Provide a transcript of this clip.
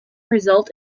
result